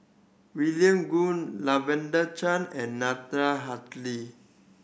William Goode Lavender Chang and Natalie Hennedige